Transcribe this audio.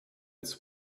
its